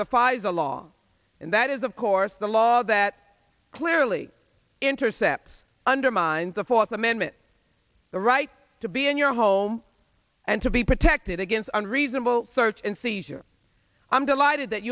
the files a long and that is of course the law that clearly intercepts undermines the fourth amendment the right to be in your home and to be protected against unreasonable search and seizure i'm delighted that